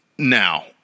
Now